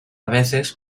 veces